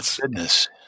goodness